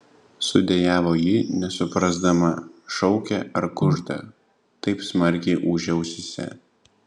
sudejavo ji nesuprasdama šaukia ar kužda taip smarkiai ūžė ausyse